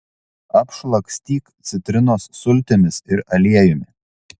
apšlakstyk citrinos sultimis ir aliejumi